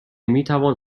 میتوان